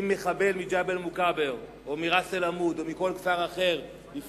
מחבל מג'בל-מוכבר או מראס-אל-עמוד או מכל כפר אחר יצטרך לדעת,